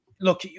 Look